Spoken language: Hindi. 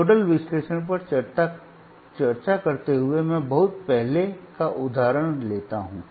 नोडल विश्लेषण पर चर्चा करते हुए मैं बहुत पहले का उदाहरण लेता हूं